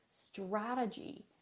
strategy